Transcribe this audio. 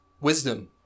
Wisdom